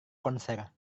konser